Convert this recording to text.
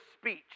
speech